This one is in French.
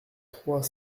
trois